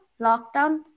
Lockdown